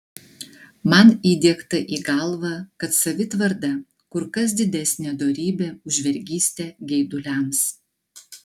man įdiegta į galvą kad savitvarda kur kas didesnė dorybė už vergystę geiduliams